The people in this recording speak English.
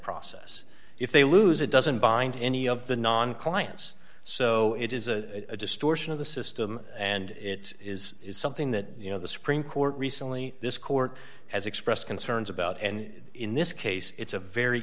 process if they lose it doesn't bind any of the non clients so it is a distortion of the system and it is something that you know the supreme court recently this court has expressed concerns about and in this case it's a very